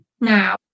now